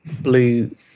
blue